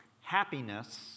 happiness